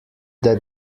that